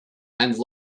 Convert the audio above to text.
and